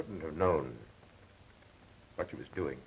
couldn't have known what she was doing